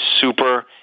super